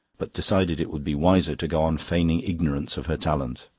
but decided it would be wiser to go on feigning ignorance of her talent.